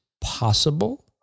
possible